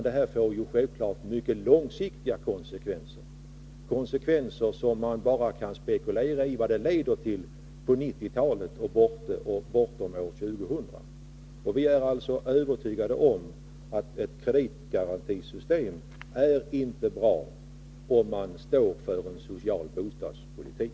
Detta får självklart mycket långsiktiga konsekvenser, och man kan bara spekulera i vad de leder till på 1990-talet och efter år 2000. Vi är övertygade om att ett kreditgarantisystem i moderat tappning inte är bra, om man står för en social bostadspolitik.